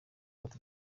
cote